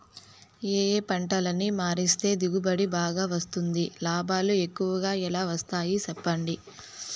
ఏ ఏ పంటలని మారిస్తే దిగుబడి బాగా వస్తుంది, లాభాలు ఎక్కువగా ఎలా వస్తాయి సెప్పండి